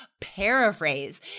paraphrase